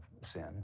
sin